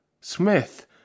Smith